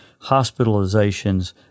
hospitalizations